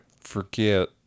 forget